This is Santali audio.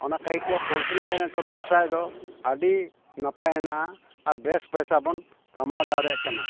ᱚᱱᱟ ᱠᱟᱹᱦᱤ ᱛᱮ ᱯᱚᱞᱴᱨᱤ ᱨᱮᱱᱟᱜ ᱱᱤᱛᱳᱜ ᱵᱮᱵᱽᱥᱟ ᱫᱚ ᱟᱹᱰᱤ ᱱᱟᱯᱟᱭ ᱦᱮᱱᱟᱜᱼᱟ ᱟᱨ ᱵᱮᱥ ᱯᱚᱭᱥᱟ ᱵᱚᱱ ᱠᱟᱢᱟᱣ ᱫᱟᱲᱮᱭᱟᱜ ᱠᱟᱱᱟ